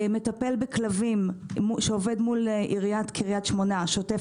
מטפל בכלבים שעובד מול עיריית קריית שמונה שוטף